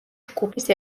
ჯგუფის